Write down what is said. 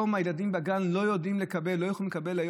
הילדים בגן לא יכולים היום לקבל,